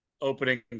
opening